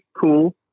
cool